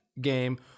game